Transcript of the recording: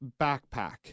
backpack